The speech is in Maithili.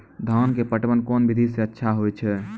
धान के पटवन कोन विधि सै अच्छा होय छै?